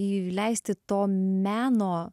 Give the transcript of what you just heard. įleisti to meno